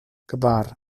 kvar